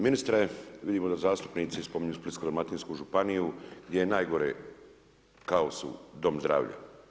Ministre vidimo da zastupnici spominju Splitsko-dalmatinsku županiju gdje je najgori kaos u domu zdravlja.